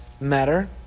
matter